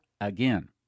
again